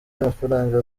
n’amafaranga